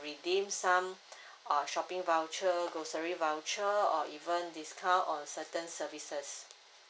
redeem some err shopping voucher grocery voucher or even discount on certain services